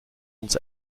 uns